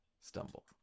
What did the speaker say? stumble